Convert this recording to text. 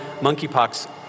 monkeypox